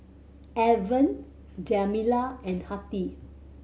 Alvan Jamila and Hattie